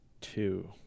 Two